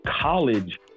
college